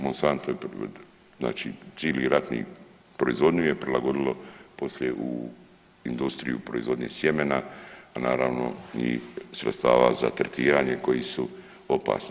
Monsanto je, znači cili ratni proizvodnju je prilagodilo poslije u industriju proizvodnje sjemena, a naravno i sredstava za tretiranja koji su opasni.